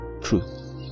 truth